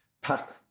pack